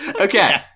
Okay